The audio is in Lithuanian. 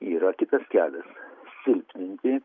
yra kitas kelias silpninti